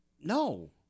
No